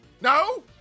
No